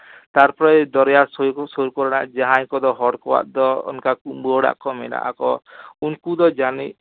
ᱛᱟᱨᱯᱚᱨᱮ ᱫᱚᱨᱭᱟ ᱥᱩᱨ ᱥᱩᱨ ᱠᱚᱨᱮᱱᱟᱜ ᱡᱟᱦᱟᱸᱭ ᱠᱚᱫᱚ ᱦᱚᱨ ᱠᱚᱣᱟᱜ ᱫᱚ ᱚᱱᱠᱟ ᱠᱩᱸᱵᱟᱹ ᱚᱲᱟᱜ ᱠᱚ ᱢᱮᱱᱟᱜ ᱛᱟᱠᱚ ᱩᱱᱠᱩ ᱫᱚ ᱡᱟᱱᱤᱡ